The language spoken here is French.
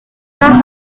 saint